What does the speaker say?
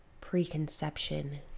Preconception